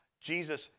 Jesus